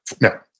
Now